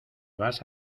vas